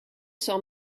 saw